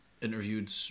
interviewed